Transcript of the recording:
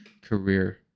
career